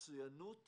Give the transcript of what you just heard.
מצוינות